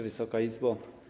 Wysoka Izbo!